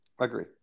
Agree